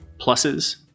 pluses